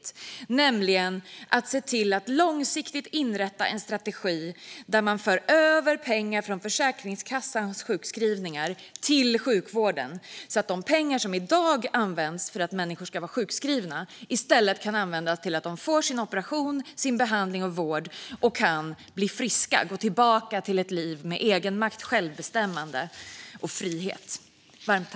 Det handlar om att se till att långsiktigt inrätta en strategi där man för över pengar från Försäkringskassans sjukskrivningar till sjukvården så att de pengar som i dag används för att människor ska vara sjukskrivna i stället kan användas till att de får sin operation, behandling och vård och kan bli friska, gå tillbaka till ett liv med egenmakt, självbestämmande och frihet.